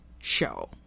show